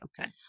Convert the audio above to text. Okay